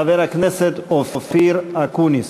חבר הכנסת אופיר אקוניס.